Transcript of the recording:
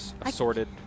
assorted